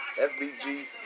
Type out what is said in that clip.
FBG